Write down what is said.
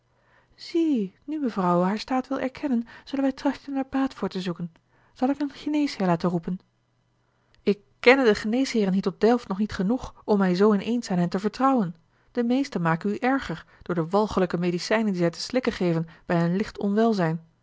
zie nu mevrouwe haar staat wil erkennen zullen wij trachten baat voor te zoeken zal ik een geneesheer laten roepen ik kenne de geneesheeren hier tot delft nog niet genoeg om mij zoo in eens aan hen te vertrouwen de meesten maken u erger door de walgelijke medicijnen die zij te slikken geven bij een licht onwel